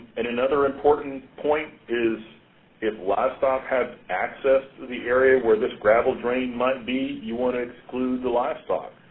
and another important point is if livestock had access to the area where this gravel drain might be, you want to exclude the livestock.